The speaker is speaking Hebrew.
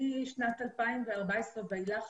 משנת 2014 ואילך,